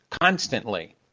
constantly